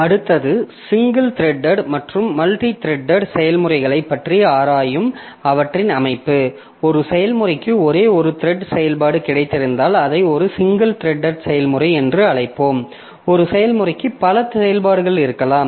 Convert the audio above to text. அடுத்தது சிங்கிள்த்ரெட்டட் மற்றும் மல்டித்ரெட்டட் செயல்முறைகளைப் பற்றி ஆராயும் அவற்றின் அமைப்பு ஒரு செயல்முறைக்கு ஒரே ஒரு த்ரெட் செயல்பாடு கிடைத்திருந்தால் அதை ஒரு சிங்கிள்த்ரெட்டட் செயல்முறை என்று அழைப்போம் ஒரு செயல்முறைக்கு பல செயல்பாடுகள் இருக்கலாம்